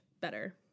better